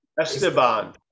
Esteban